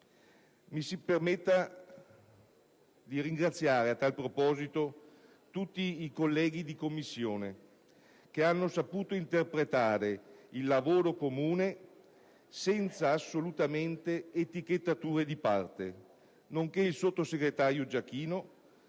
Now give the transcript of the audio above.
Mi si permetta di ringraziare a tale proposito tutti i colleghi di Commissione che hanno saputo interpretare il lavoro comune senza assolutamente alcuna etichettatura di parte nonché il sottosegretario Giachino